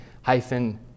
hyphen